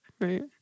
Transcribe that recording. Right